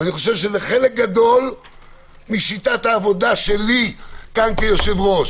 ואני חושב שחלק גדול משיטת העבודה שלי כאן כיושב-ראש